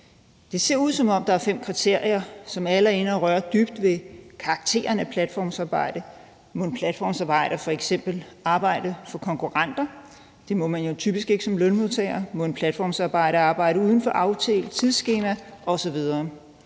Det ser ud, som om der er fem kriterier, som alle er inde og røre dybt ved karakteren af platformsarbejde. Må en platformsarbejder f.eks. arbejde for konkurrenter? Det må man jo typisk ikke som lønmodtager. Må en platformsarbejder arbejde uden for aftalt tidsskema osv.?